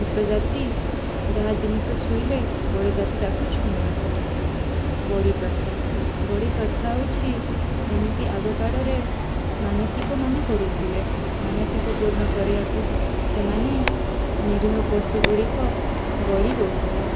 ଛୋଟ ଜାତି ଯାହା ଜିନିଷ ଛୁଇଁଲେ ବଡ଼ ଜାତି ତାକୁ ଛୁଉଁ ନଥିଲେ ବଡ଼ି ପ୍ରଥା ବଡ଼ି ପ୍ରଥା ହେଉଛି ଯେମିତି ଆଗ କାଡ଼ରେ ମାନସିକମାନେ କରୁଥିଲେ ମାନସିକ ପୂର୍ଣ୍ଣ କରିବାକୁ ସେମାନେ ନିରିହ ପୁସ୍ତଗୁଡ଼ିକ ବଡ଼ି ଦଉଥିଲେ